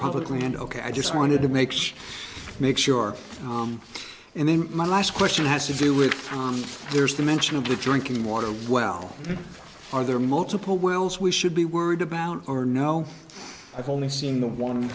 publicly and ok i just wanted to make sure make sure and then my last question has to do with there's the mention of the drinking water well are there multiple wells we should be worried about or no i've only seen the one